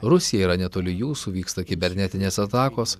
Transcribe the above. rusija yra netoli jūsų vyksta kibernetinės atakos